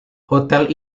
hotel